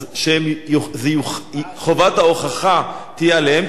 אז שחובת ההוכחה תהיה עליהם,